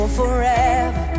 forever